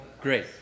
Great